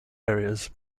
areas